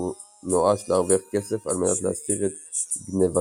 והוא נואש להרוויח כסף על מנת להסתיר את גנבתו.